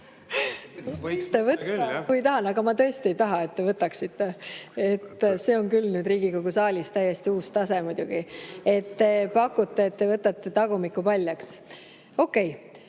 Võite võtta küll, aga ma tõesti ei taha, et te võtaksite. See on küll nüüd Riigikogu saalis täiesti uus tase muidugi, et te pakute, et te võtate tagumiku paljaks. Okei,